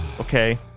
Okay